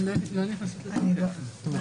בכל מקרה הן לא נכנסות לתוקף.